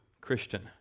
Christian